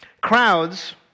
Crowds